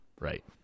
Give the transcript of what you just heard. right